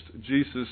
Jesus